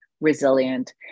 resilient